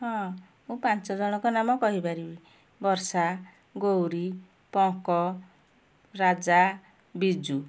ହଁ ମୁଁ ପାଞ୍ଚ ଜଣଙ୍କ ନାମ କହିପାରିବି ବର୍ଷା ଗୌରୀ ପଙ୍କ ରାଜା ବିଜୁ